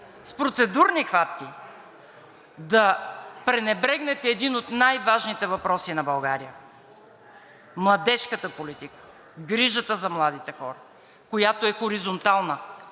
С процедурни хватки да пренебрегнете един от най-важните въпроси на България – младежката политика, грижата за младите хора, която е хоризонтална,